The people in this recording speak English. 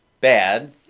bad